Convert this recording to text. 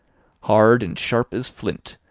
hard and sharp as flint,